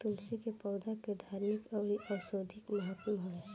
तुलसी के पौधा के धार्मिक अउरी औषधीय महत्व हवे